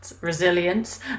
resilience